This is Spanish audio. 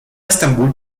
estambul